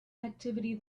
activity